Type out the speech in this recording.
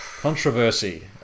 controversy